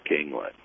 England